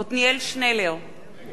נגד רונית תירוש,